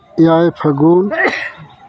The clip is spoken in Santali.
ᱮᱭᱟᱭ ᱯᱷᱟᱹᱜᱩᱱ